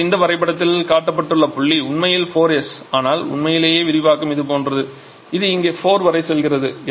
இப்போது இந்த வரைபடத்தில் காட்டப்பட்டுள்ள புள்ளி உண்மையில் 4s ஆனால் உண்மையிலேயே விரிவாக்கம் இது போன்றது இது இங்கே 4 வரை செல்கிறது